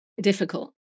difficult